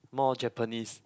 more Japanese